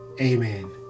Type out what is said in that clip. Amen